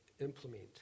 implement